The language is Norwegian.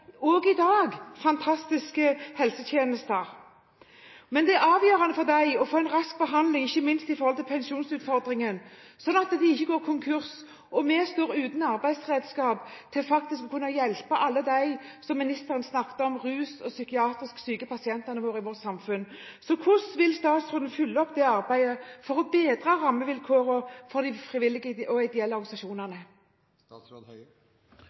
også i dag leverer fantastiske helsetjenester, men det er avgjørende for dem å få en rask behandling, ikke minst med tanke på pensjonsutfordringen, slik at de ikke går konkurs og vi står uten arbeidsredskap til å kunne hjelpe alle dem som ministeren snakket om – rusavhengige og de psykiatrisk syke pasientene i vårt samfunn. Så hvordan vil statsråden fylle dette arbeidet for å bedre rammevilkårene for de frivillige og ideelle